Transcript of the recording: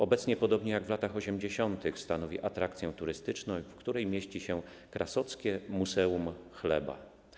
Obecnie, podobnie jak w latach 80., stanowi atrakcję turystyczną, w której mieści się Krasockie Muzeum Chleba.